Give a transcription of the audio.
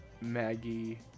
Maggie